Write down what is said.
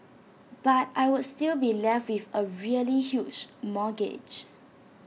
but I would still be left with A really huge mortgage